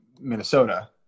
Minnesota